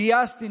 גייסתי,